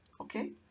Okay